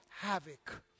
havoc